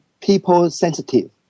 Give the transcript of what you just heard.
people-sensitive